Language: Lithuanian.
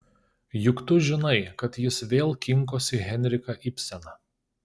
juk tu žinai kad jis vėl kinkosi henriką ibseną